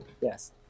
Yes